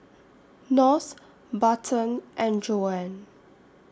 North Barton and Joann